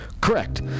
Correct